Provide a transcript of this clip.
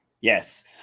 Yes